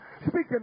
Speaking